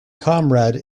comrade